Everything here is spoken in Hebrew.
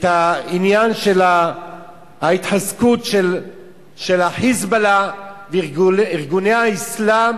את העניין של ההתחזקות של ה"חיזבאללה" וארגוני האסלאם